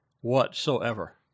whatsoever